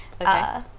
Okay